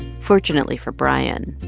fortunately for brian,